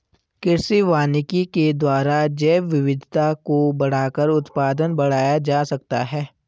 कृषि वानिकी के द्वारा जैवविविधता को बढ़ाकर उत्पादन बढ़ाया जा सकता है